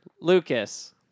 Lucas